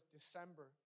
December